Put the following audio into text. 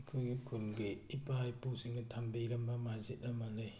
ꯑꯩꯈꯣꯏꯒꯤ ꯈꯨꯜꯒꯤ ꯏꯄꯥ ꯏꯄꯨꯁꯤꯡꯅ ꯊꯝꯕꯤꯔꯝꯕ ꯃꯁꯖꯤꯠ ꯑꯃ ꯂꯩ